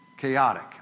chaotic